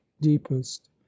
deepest